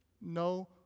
No